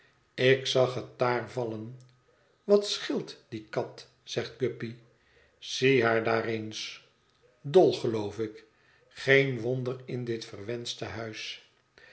ik zag het daar vallen wat scheelt die kat zegt guppy zie haar daar eens dol geloof ik geen wonder in dit verwenschte huis